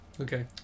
Okay